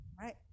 Right